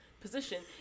position